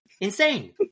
Insane